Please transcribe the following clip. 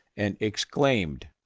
and exclaimed,